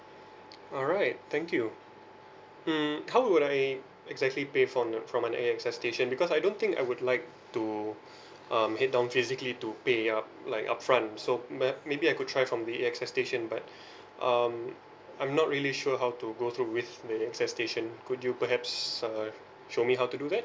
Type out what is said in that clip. alright thank you mm how would I exactly pay from an from an A X S station because I don't think I would like to um head down physically to pay up like upfront so may maybe I could try from the A X S station but um I'm not really sure how to go through with the A X S station could you perhaps err show me how to do that